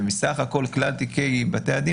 ומסך כלל תיקי בתי הדין,